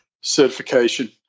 certification